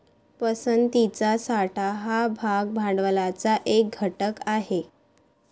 पसंतीचा साठा हा भाग भांडवलाचा एक घटक आहे